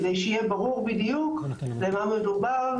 כדי שיהיה ברור בדיוק במה מדובר,